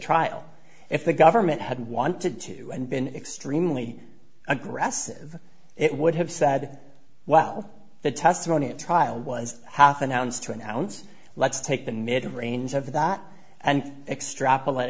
trial if the government hadn't wanted to and been extremely aggressive it would have said well the testimony at trial was half an ounce to an ounce let's take the mid range of that and extrapolate